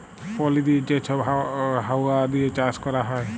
পলি দিঁয়ে যে ছব হাউয়া দিঁয়ে চাষ ক্যরা হ্যয়